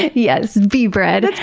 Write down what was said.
and yes, bee bread.